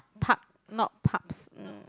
park not pubs